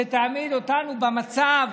שתעמיד אותנו, במצב